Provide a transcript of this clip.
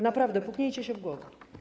Naprawdę puknijcie się w głowę.